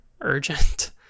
urgent